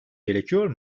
gerekiyor